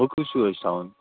وۄنۍ کُس ہیوٗ حظ چھِ تھاوُن